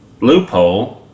loophole